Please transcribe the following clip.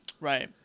Right